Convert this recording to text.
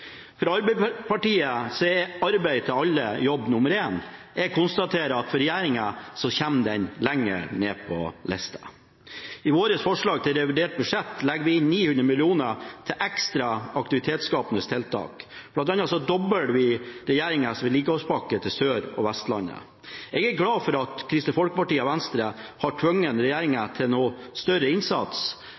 For Arbeiderpartiet er arbeid til alle jobb nr. én. Jeg konstaterer at for regjeringen kommer det lenger ned på lista. I vårt forslag til revidert budsjett legger vi inn 900 mill. kr til ekstra aktivitetsskapende tiltak, bl.a. dobler vi regjeringens vedlikeholdspakke til Sør- og Vestlandet. Jeg er glad for at Kristelig Folkeparti og Venstre har tvunget regjeringen til noe større innsats.